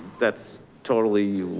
that's totally